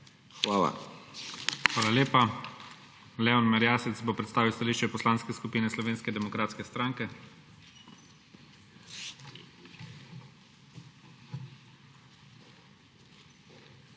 Hvala lepa. Leon Merjasec bo predstavil stališče Poslanske skupine Slovenske demokratske stranke. **LEON